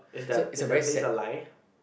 is that is that place a lie